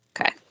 Okay